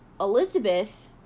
Elizabeth